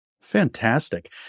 Fantastic